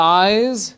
eyes